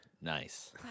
Nice